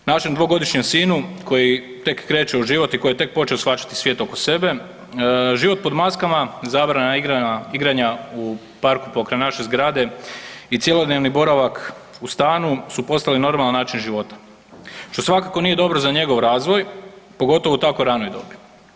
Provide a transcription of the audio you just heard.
Našem dvogodišnjem sinu koji tek kreće u život i koji je tek počeo shvaćati svijet oko sebe život pod maskama, zabrana igranja u parku pokraj naše zgrade i cjelodnevni boravak u stanu su postali normalan način života što svakako nije dobro za njegov razvoj pogotovo u tako ranoj dobi.